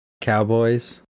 Cowboys